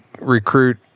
recruit